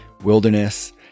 wilderness